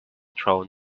thrown